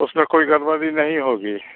उसमें कोई गड़बड़ी नहीं होगी